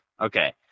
okay